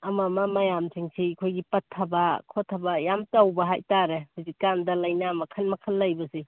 ꯑꯃ ꯑꯃ ꯃꯌꯥꯝꯁꯤꯡꯁꯤ ꯑꯩꯈꯣꯏꯒꯤ ꯄꯠꯊꯕ ꯈꯣꯠꯊꯕ ꯌꯥꯝ ꯇꯧꯕ ꯍꯥꯏꯇꯥꯔꯦ ꯍꯧꯖꯤꯛꯀꯥꯟꯗ ꯂꯩꯅꯥ ꯃꯈꯜ ꯃꯈꯜ ꯂꯩꯕꯁꯦ